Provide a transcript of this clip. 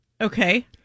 Okay